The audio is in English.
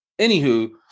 Anywho